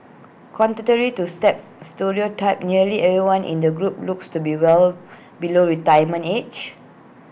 contrary to step stereotype nearly everyone in the group looks to be well below retirement age